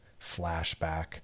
flashback